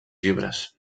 llibres